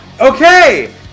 Okay